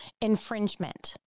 infringement